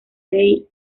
day